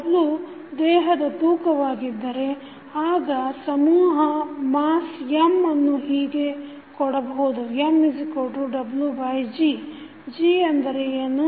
w ದೇಹದ ತೂಕವಾಗಿದ್ದರೆ ಆಗ ಸಮೂಹ mass M ಅನ್ನು ಹೀಗೆ ಕೊಡಬಹುದು Mwg g ಅಂದರೆ ಏನು